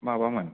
माबामोन